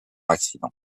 accident